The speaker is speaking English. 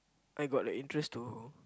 I got a interest to